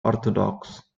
orthodox